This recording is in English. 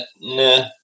nah